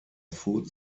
food